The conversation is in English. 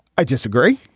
i disagree.